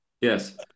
Yes